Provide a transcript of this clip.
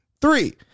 Three